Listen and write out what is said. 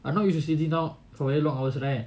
as long as you sitting down for very long hours right